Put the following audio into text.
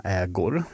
ägor